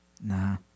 Nah